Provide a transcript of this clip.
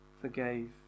forgave